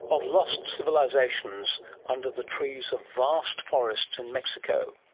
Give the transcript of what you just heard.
of lost civilisations under the trees of vast forests in mexico.